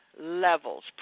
levels